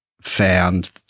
found